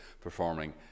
performing